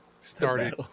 started